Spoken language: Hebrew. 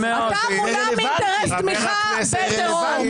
אתה מונע מאינטרס תמיכה בטרור.